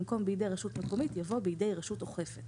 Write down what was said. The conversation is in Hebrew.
במקום "בידי רשות מקומית" יבוא "בידי רשות אוכפת".